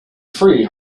free